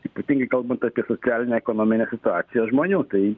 ypatingai kalbant apie socialinę ekonominę situaciją žmonių tai